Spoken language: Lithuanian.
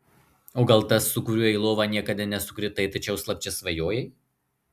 o gal tas su kuriuo į lovą niekada nesukritai tačiau slapčia svajojai